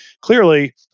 clearly